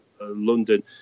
london